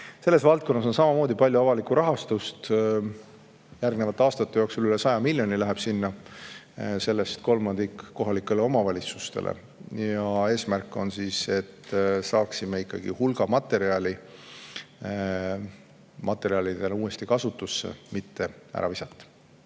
Selles valdkonnas on samamoodi palju avalikku rahastust. Järgnevate aastate jooksul üle 100 miljoni läheb sinna, sellest kolmandik kohalikele omavalitsustele. Ja eesmärk on, et saaksime hulga materjali jälle uuesti kasutusse, et mitte seda ära visata.